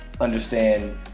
understand